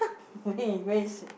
where where is